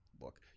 Look